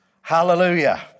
Hallelujah